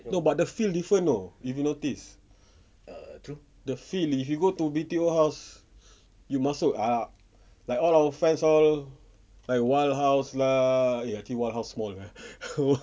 no but the feel different know if you notice the feel if you go to B_T_O house you masuk like all our friends all like wal house lah eh I think wal house small ah